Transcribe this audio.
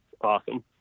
awesome